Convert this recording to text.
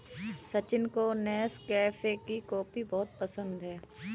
सचिन को नेस्कैफे की कॉफी बहुत पसंद है